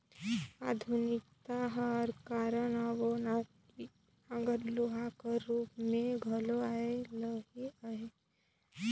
आधुनिकता कर कारन अब ओनारी नांगर लोहा कर रूप मे घलो आए लगिस अहे